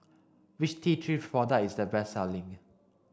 which T three product is the best selling